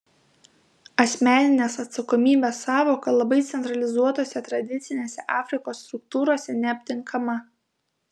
asmeninės atsakomybės sąvoka labai centralizuotose tradicinėse afrikos struktūrose neaptinkama